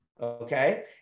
Okay